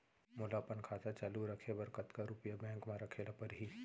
मोला अपन खाता चालू रखे बर कतका रुपिया बैंक म रखे ला परही?